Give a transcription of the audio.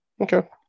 okay